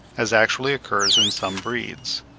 as actually occurs in some breeds.